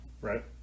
right